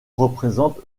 représente